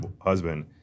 husband